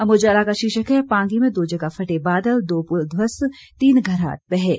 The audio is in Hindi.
अमर उजाला का शीर्षक है पांगी में दो जगह फटे बादल दो पुल धवस्त तीन घराट बहे